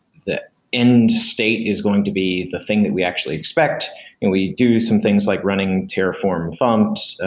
that in-state is going to be the thing that we actually expect, and we do some things like running terraform thumps,